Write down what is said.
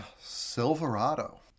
Silverado